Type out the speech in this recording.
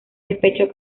despecho